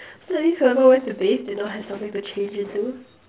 so that means who ever went to bathe did not have something to change into